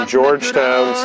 Georgetown